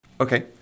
Okay